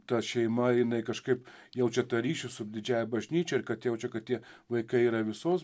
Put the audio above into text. ta šeima jinai kažkaip jaučia tą ryšį su didžiąja bažnyčia ir kad jaučia kad tie vaikai yra visos